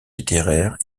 littéraire